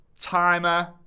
timer